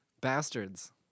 Bastards